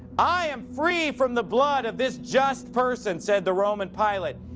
i am free from the blood of this just person, said the roman pilate.